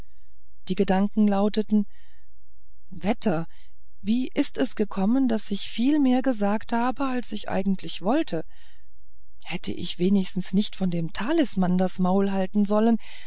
die gedanken lauteten wetter wie ist es gekommen daß ich viel mehr gesagt habe als ich eigentlich sagen wollte hätte ich wenigstens nicht von dem talisman das maul halten sollen